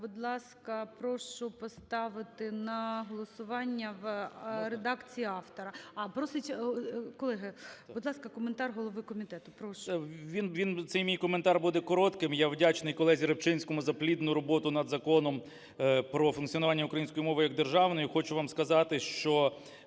Будь ласка, прошу поставити на голосування в редакції автора. А, просить, колеги, будь ласка, коментар голови комітету. Прошу. 13:48:16 КНЯЖИЦЬКИЙ М.Л. Він, він, цей мій коментар, буде коротким. Я вдячний колезі Рибчинському за плідну роботу над Законом про функціонування української мови як державної. Хочу вам сказати, що